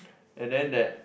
and then that